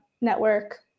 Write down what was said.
network